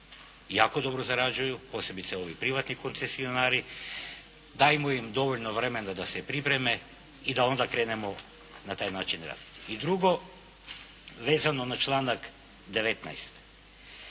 jako dobro zarađuju posebice ovi privatni koncesionari. Dajmo im dovoljno vremena da se pripreme i da onda krenemo na taj način raditi. I drugo, vezano na članak 19.